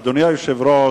אדוני היושב-ראש,